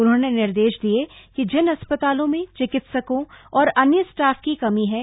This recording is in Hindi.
उन्होंने निर्देश दिये कि जिन अस्तपालों में चिकित्सकों और अन्य स्टाफ की कमी हा